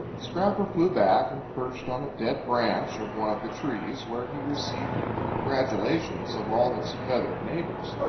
scrapper flew back and perched on a dead branch of one of the trees, where he received the congratulations of all his feathered neighbors.